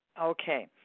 Okay